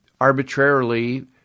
arbitrarily